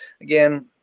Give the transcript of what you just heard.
Again